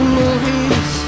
movies